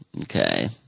Okay